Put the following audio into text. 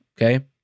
okay